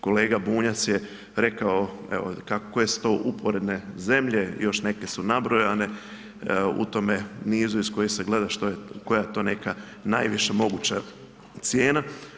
Kolega Bunjac je rekao koje su to uporedne zemlje, još neke su nabrojane u tome nizu iz kojih se gleda što je, koja je to nekakva najviša moguća cijena.